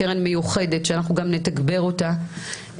קרן מיוחדת שאנחנו גם נתגבר אותה,